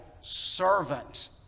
Servant